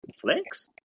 Flex